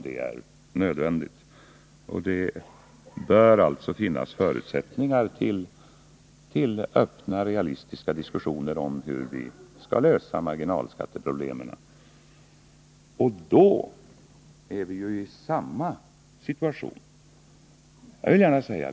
Det bör alltså finnas förutsättningar för öppna och realistiska diskussioner om hur marginalskatteproblemen skall kunna lösas.